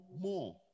more